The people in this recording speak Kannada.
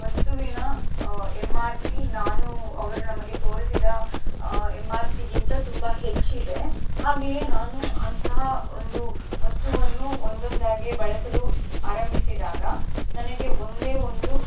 ವಸ್ತುವಿನ ಎಮ್ ಆರ್ ಪಿ ನಾನು ಅವರು ನಮಗೆ ತೋರಿಸಿದ ಎಮ್ ಆರ್ ಪಿಗಿಂತ ತುಂಬ ಹೆಚ್ಚಿದೆ ಹಾಗೆಯೇ ನಾನು ಅಂತಹ ಒಂದು ವಸ್ತುವನ್ನು ಒಂದೊಂದಾಗೆ ಬಳಸಲು ಆರಂಭಿಸಿದಾಗ ನನಗೆ ಒಂದೇ ಒಂದು